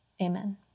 Amen